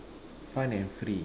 fun and free